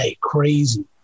crazy